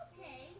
Okay